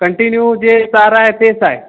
continue जे चारा आहे तेच आहे